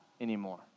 anymore